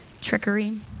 Trickery